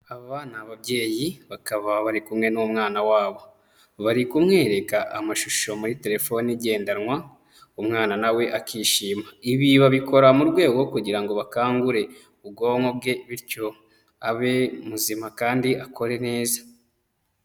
Aba ni ababyeyi bakaba bari kumwe n'umwana wabo, bari kumwereka amashusho muri telefone igendanwa, umwana nawe akishima. Ibi babikora mu rwego kugira ngo bakangure ubwonko bwe, bityo abe muzima kandi akore neza.